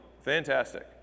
Fantastic